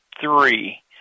three